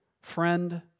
friend